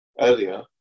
earlier